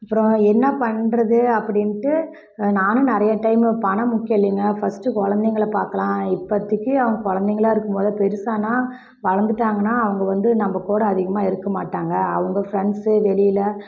அப்புறோம் என்ன பண்ணுறது அப்படின்ட்டு நானும் நிறையா டைமு பணம் முக்கியம் இல்லைங்க ஃபஸ்ட்டு கொழந்தைங்கள பார்க்கலாம் இப்போதிக்கி அவங்க கொழந்தைங்களா இருக்கும்போதே பெரிசானா வளர்ந்துட்டாங்கன்னா அவங்க வந்து நம்ப கூட அதிகமாக இருக்க மாட்டாங்க அவங்க ஃப்ரெண்ட்ஸு வெளியில்